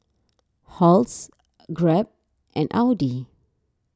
Halls Grab and Audi